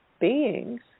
beings